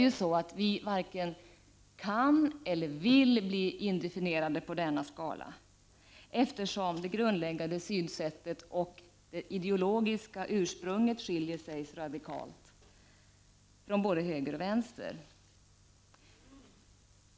Nu varken kan eller vill vi bli indefinierade på denna skala, eftersom det grundläggande synsättet och det ideologiska ursprunget skiljer sig radikalt från både höger och vänster.